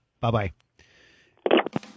Bye-bye